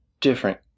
different